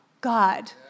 God